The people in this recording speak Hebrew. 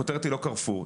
הכותרת היא לא 'קרפור',